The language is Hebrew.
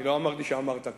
אני לא אמרתי שאמרת כך.